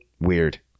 Weird